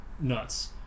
nuts